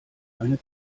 eine